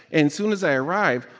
and soon as i arrive,